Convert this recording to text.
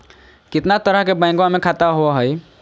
कितना तरह के बैंकवा में खाता होव हई?